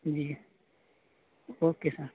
جی okay سر